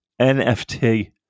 NFT